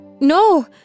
No